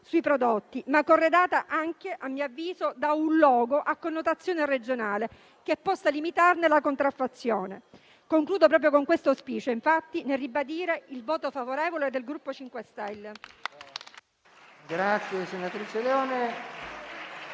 sui prodotti, ma corredata anche, a mio avviso, da un *logo* a connotazione regionale, che possa limitarne la contraffazione. Concludo proprio con questo auspicio, nel ribadire il voto favorevole del Gruppo del